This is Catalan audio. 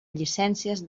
llicències